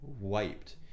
wiped